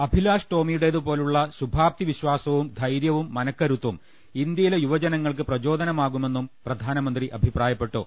അഭിലാഷ് ടോമിയുടേതുപോലെ ശുഭാപ്തിവിശ്ചാസവും ധൈര്യവും മനക്കരുത്തും ഇന്ത്യയിലെ യുവജനങ്ങൾക്ക് പ്രചോദനമാകുമെന്നും പ്രധാനമന്ത്രി അഭിപ്രായപ്പെട്ടു